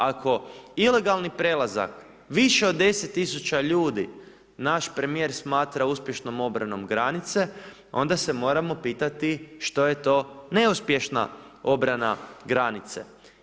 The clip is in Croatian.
Ako ilegalni prelazak više od 10 000 ljudi naš premijer smatra uspješnom obranom granice, onda se moramo pitati što je to neuspješna obrana granice.